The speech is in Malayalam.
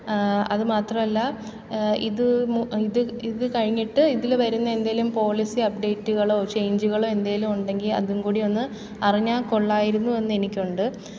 അത് മാത്രമല്ല ഇത് ഇത് ഇത് കഴിഞ്ഞിട്ട് ഇതിൽ വരുന്ന എന്തെങ്കിലും പോളിസി അപ്ഡേറ്റുകളോ ചേഞ്ചുകളോ എന്തെങ്കിലും ഉണ്ടെങ്കിൽ അതുംകൂടി ഒന്ന് അറിഞ്ഞാൽ കൊള്ളാമായിരുന്നു എന്നെങ്കിക്ക് ഉണ്ട്